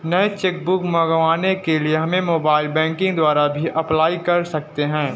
नई cheque book मंगवाने के लिए हम मोबाइल बैंकिंग द्वारा भी अप्लाई कर सकते है